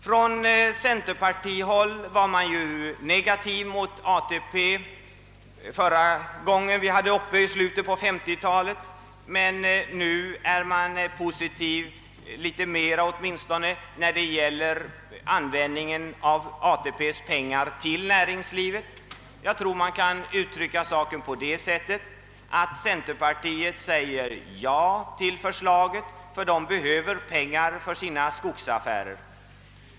Inom centerpartiet var man negativ mot ATP när frågan var uppe i slutet av 1950-talet, men nu är man åtminstone något mer positiv då det gäller användningen av ATP-medlen i näringslivet. Jag tror att saken kan uttryckas så, att centerpartisterna säger Ja till förslaget, ty de behöver pengarna till sina skogsaffärer.